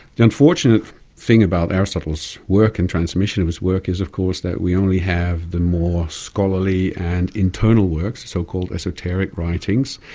the unfortunate thing about aristotle's work and transmission of his work is of course that we only have the more scholarly and internal works, so-called esoteric writings,